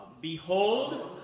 Behold